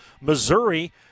Missouri